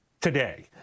today